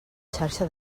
xarxa